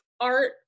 art